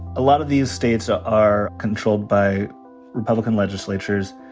a lot of these states are are controlled by republican legislatures.